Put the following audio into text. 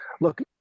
look